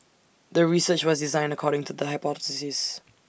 the research was designed according to the hypothesis